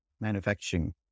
manufacturing